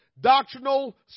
doctrinal